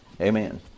Amen